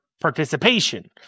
participation